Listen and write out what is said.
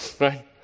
Right